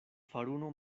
faruno